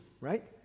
right